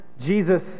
Jesus